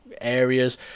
areas